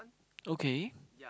okay